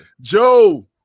Joe